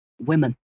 women